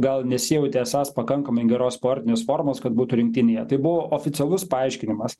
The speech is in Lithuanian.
gal nesijautė esąs pakankamai geros sportinės formos kad būtų rinktinėje tai buvo oficialus paaiškinimas